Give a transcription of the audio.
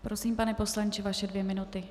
Prosím, pane poslanče, vaše dvě minuty.